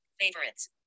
Favorites